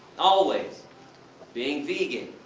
always being vegan.